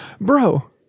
bro